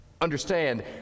Understand